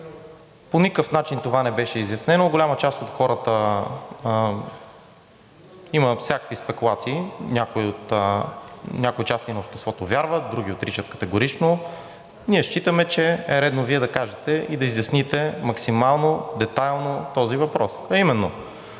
По никакъв начин това не беше изяснено. Голяма част от хората – има всякакви спекулации, някои части на обществото вярват, други отричат категорично, ние считаме, че е редно Вие да кажете и да изясните максимално детайлно този въпрос,